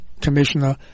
commissioner